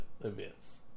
events